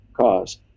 cause